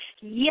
Yes